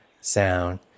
sound